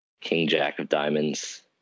king-jack-of-diamonds